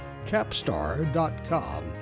capstar.com